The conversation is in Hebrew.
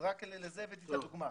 לזה הבאתי את הדוגמה.